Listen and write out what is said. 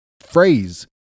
phrase